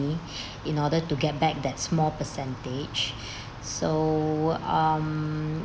in order to get back that small percentage so um